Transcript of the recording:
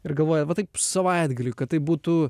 ir galvoja va taip savaitgaliui kad tai būtų